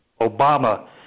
Obama